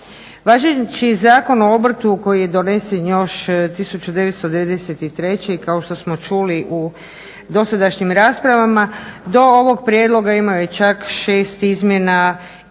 Važeći Zakon o obrtu koji je donesen još 1993. i kao što smo čuli u dosadašnjim raspravama do ovog prijedloga imao je čak 6 izmjena uz